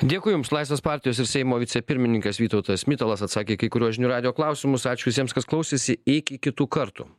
dėkui jums laisvės partijos ir seimo vicepirmininkas vytautas mitalas atsakė kai kuriuos žinių radijo klausimus ačiū visiems kas klausėsi iki kitų kartų